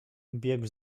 biegł